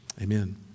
Amen